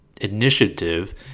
initiative